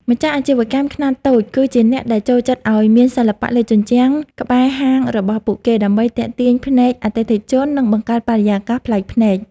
ម្ចាស់អាជីវកម្មខ្នាតតូច គឺជាអ្នកដែលចូលចិត្តឱ្យមានសិល្បៈលើជញ្ជាំងក្បែរហាងរបស់ពួកគេ ដើម្បីទាក់ទាញភ្នែកអតិថិជន និងបង្កើតបរិយាកាសប្លែកភ្នែក។